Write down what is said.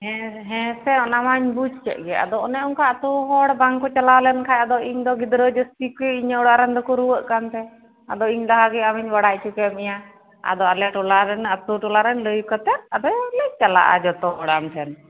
ᱦᱮᱸ ᱦᱮᱸ ᱥᱮ ᱚᱱᱟ ᱢᱟᱧ ᱵᱩᱡ ᱠᱮᱜ ᱜᱮ ᱟᱫᱚ ᱚᱱᱮ ᱚᱱᱠᱟ ᱟᱹᱛᱩ ᱦᱚᱲ ᱵᱟᱝᱠᱚ ᱪᱟᱞᱟᱣ ᱞᱮᱱᱠᱷᱟᱱ ᱟᱫᱚ ᱤᱧ ᱫᱚ ᱜᱤᱫᱽᱨᱟᱹ ᱡᱟᱹᱥᱛᱤ ᱛᱮ ᱤᱧᱟᱹᱜ ᱚᱲᱟᱜ ᱨᱮᱱ ᱫᱚᱠᱚ ᱨᱩᱣᱟᱹᱜ ᱠᱟᱱᱛᱮ ᱟᱫᱚ ᱤᱧ ᱞᱟᱦᱟᱜᱮ ᱟᱹᱢᱤᱧ ᱵᱟᱲᱟᱭ ᱦᱚᱪᱚᱭᱮᱫ ᱢᱮᱭᱟ ᱟᱫᱚ ᱟᱞᱮ ᱴᱚᱞᱟᱨᱮᱱ ᱟᱹᱛᱩ ᱴᱚᱞᱟᱨᱮᱱ ᱞᱟᱹᱭ ᱠᱟᱛᱮᱫ ᱟᱫᱚ ᱞᱮ ᱪᱟᱞᱟᱜᱼᱟ ᱡᱚᱛᱚ